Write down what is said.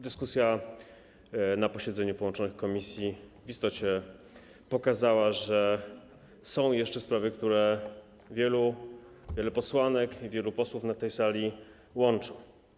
Dyskusja na posiedzeniu połączonych komisji w istocie pokazała, że są jeszcze sprawy, które wiele posłanek i wielu posłów na tej sali łączą.